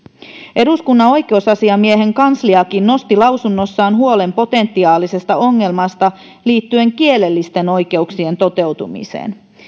eduskunnan oikeusasiamiehen kansliakin nosti lausunnossaan huolen potentiaalisesta ongelmasta liittyen kielellisten oikeuksien toteutumiseen